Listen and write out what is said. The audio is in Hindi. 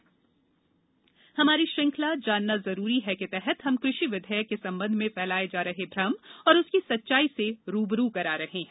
जानना जरूरी है हमारी श्रंखला जानना जरूरी है के तहत हम कृषि विधेयक के संबंध में फैलाए जा रहे भ्रम और उसकी सच्चाई से रूबरू करा रहे हैं